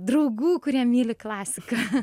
draugų kurie myli klasiką